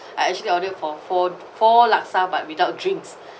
I actually order for four four laksa but without drinks